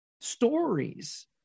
stories